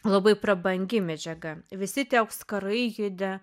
labai prabangi medžiaga visi tie auskarai juodi